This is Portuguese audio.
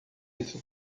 isso